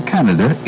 Canada